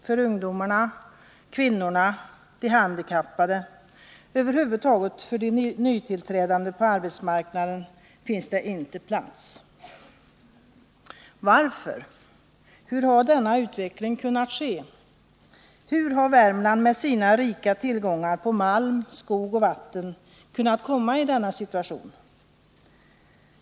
För ungdomarna, kvinnorna, de handikappade — över huvud taget de nytillträdande på arbetsmarknaden — finns inte plats... Varför? Hur har denna utveckling kunnat ske? Hur har Värmland med sina rika tillgångar på malm, skog och vatten kunnat komma i denna situation?